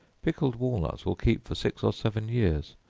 pickled walnuts will keep for six or seven years,